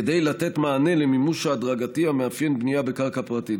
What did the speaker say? כדי לתת מענה למימוש ההדרגתי המאפיין בנייה בקרקע פרטית.